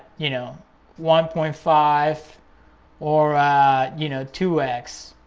you know one point five or you know two x,